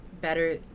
better